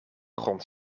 grond